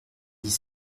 dix